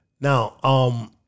Now